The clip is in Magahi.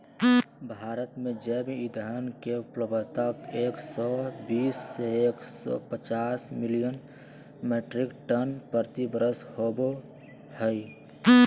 भारत में जैव ईंधन के उपलब्धता एक सौ बीस से एक सौ पचास मिलियन मिट्रिक टन प्रति वर्ष होबो हई